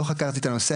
לא חקרתי את הנושא,